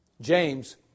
James